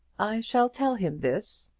i shall tell him this,